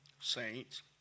saints